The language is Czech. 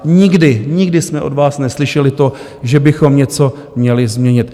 Nikdy, nikdy jsme od vás neslyšeli to, že bychom něco měli změnit.